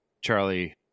Charlie